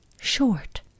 short